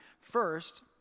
first